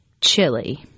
chili